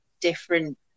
different